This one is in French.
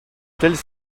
tels